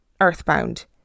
earthbound